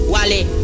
Wally